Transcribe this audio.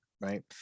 Right